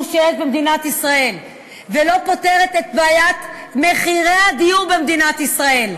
שיש במדינת ישראל ולא פותרת את בעיית מחירי הדיור במדינת ישראל.